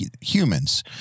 humans